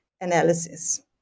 Analysis